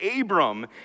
Abram